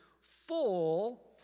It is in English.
full